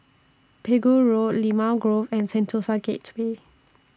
Pegu Road Limau Grove and Sentosa Gateway